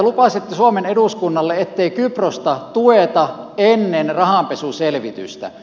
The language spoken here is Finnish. lupasitte suomen eduskunnalle ettei kyprosta tueta ennen rahanpesuselvitystä